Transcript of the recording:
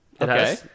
Okay